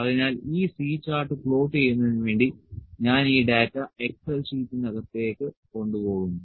അതിനാൽ ഈ C chart plot ചെയ്യുന്നതിന് വേണ്ടി ഞാൻ ഈ ഡാറ്റ എക്സൽ ഷീറ്റിനകത്തേക്ക് കൊണ്ടുപോകുന്നു